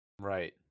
Right